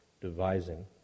devising